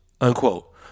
unquote